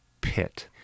pit